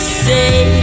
say